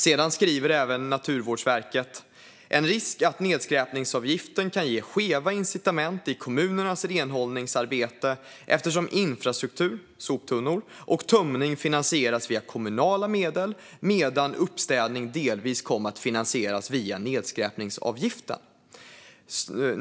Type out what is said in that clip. Vidare skriver Naturvårdsverket att "det finns en risk i att nedskräpningsavgiften kan ge skeva incitament i kommunernas renhållningsarbete eftersom infrastruktur och tömning finansieras via kommunala medel medan uppstädning delvis kommer att finansieras via nedskräpningsavgiften.